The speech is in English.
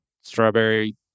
strawberry